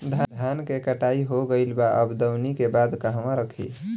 धान के कटाई हो गइल बा अब दवनि के बाद कहवा रखी?